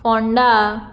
Ponda